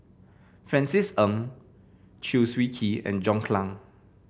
Francis Ng Chew Swee Kee and John Clang